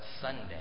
Sunday